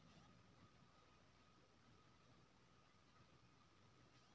गै मोदीक सरकार एहि बेर डिजिटले इंडियाक नाम पर बनलै ने